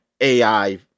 AI